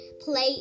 play